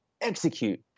execute